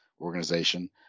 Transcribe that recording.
organization